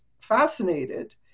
fascinated